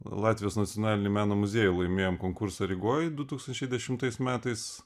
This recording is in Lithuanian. latvijos nacionalinį meno muziejų laimėjom konkursą rygoj du tūkstančiai dešimtais metais